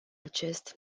acest